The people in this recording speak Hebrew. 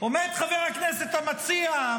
עומד חבר הכנסת המציע,